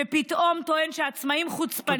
שפתאום טוען שהעצמאים חוצפנים,